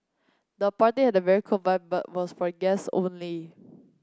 the party had very cool vibe but was for guests only